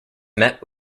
met